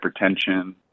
hypertension